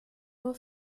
nur